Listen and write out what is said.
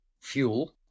fuel